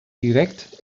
direkt